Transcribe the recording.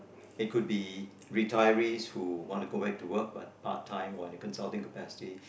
it could be retirees who want to go back to work but part time or in a consulting capacity